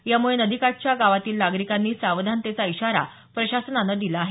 यामुळे नदी काठच्या गावांतील नागरिकांनी सावधानतेचा इशारा प्रशासनानं दिला आहे